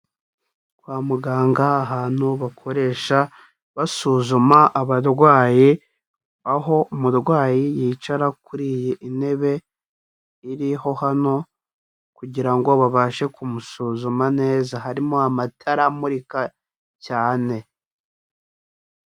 Kwa muganga ahantu bakoresha basuzuma abarwayi aho umurwayi yicara kuri iy'intebe iriho hano kugira ngo babashe kumusuzuma neza harimo amatara amurika cyane.